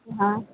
हाँ